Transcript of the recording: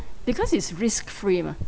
because it's risk free mah